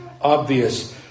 obvious